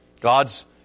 God's